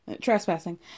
trespassing